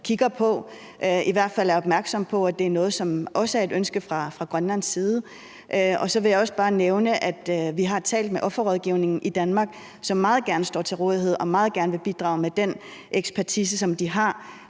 eller at man i hvert fald er opmærksom på, at det er noget, som også er et ønske fra Grønlands side. Så vil jeg også bare nævne, at vi har talt med offerrådgivningen i Danmark, som meget gerne står til rådighed og meget gerne vil bidrage med den ekspertise, som de har,